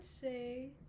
say